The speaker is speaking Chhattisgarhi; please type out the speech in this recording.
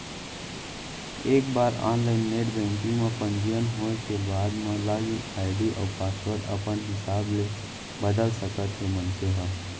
एक बार ऑनलाईन नेट बेंकिंग म पंजीयन होए के बाद म लागिन आईडी अउ पासवर्ड अपन हिसाब ले बदल सकत हे मनसे ह